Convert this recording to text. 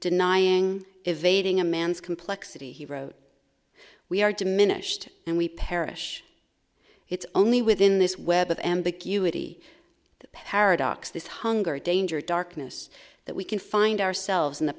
denying evading a man's complexity he wrote we are diminished and we perish it's only within this web of ambiguity paradox this hunger danger darkness that we can find ourselves in the